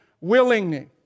willingly